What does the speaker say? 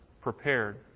prepared